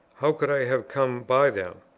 how could i have come by them?